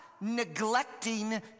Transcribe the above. neglecting